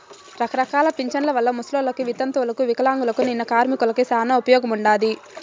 రకరకాల పింఛన్ల వల్ల ముసలోళ్ళకి, వితంతువులకు వికలాంగులకు, నిన్న కార్మికులకి శానా ఉపయోగముండాది